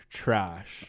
trash